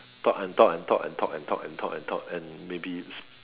talk and talk and talk and talk and talk and talk and talk and maybe